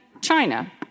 China